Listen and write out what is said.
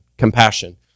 Compassion